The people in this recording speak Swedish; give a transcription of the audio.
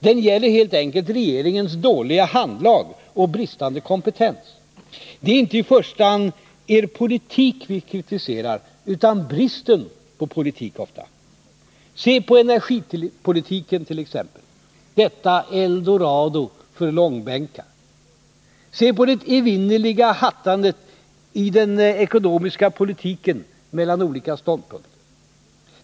Den gäller helt enkelt regeringens dåliga handlag och bristande kompetens. Det är inte i första hand er politik vi kritiserar — utan bristen på politik. Se på energipolitiken t.ex., detta eldorado för långbänkar. Se på det evinnerliga hattandet i den ekonomiska politiken mellan olika ståndpunkter.